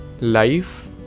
Life